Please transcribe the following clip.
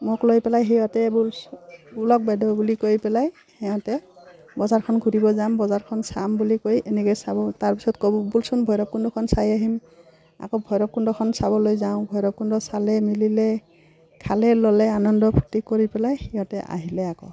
মোক লৈ পেলাই সিহঁতে এইবোৰ উলাওক বাইদেউ বুলি কৈ পেলাই সিহঁতে বজাৰখন ঘূৰিব যাম বজাৰখন চাম বুলি কৈ এনেকৈ চাব তাৰ পিছত ক'ব ব'লচোন ভৈৰৱকুণ্ডখন চাই আহিম আকৌ ভৈৰৱকুণ্ডখন চাবলৈ যাওঁ ভৈৰৱকুণ্ড চালে মিলেলি খালে ল'লে আনন্দ ফূৰ্তি কৰি পেলাই সিহঁতে আহিলে আকৌ